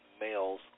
males